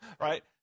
right